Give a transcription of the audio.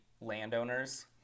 landowners